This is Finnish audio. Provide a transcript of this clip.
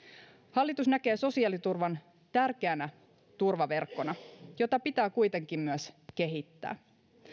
hallitus näkee sosiaaliturvan tärkeänä turvaverkkona jota pitää kuitenkin myös kehittää